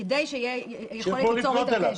כדי שיוכלו ליצור איתו קשר.